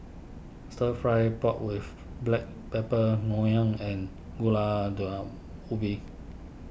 Stir Fried Pork with Black Pepper Ngoh Hiang and Gulai Daun Ubi